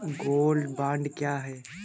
Gold bond क्या है?